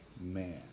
man